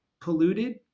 polluted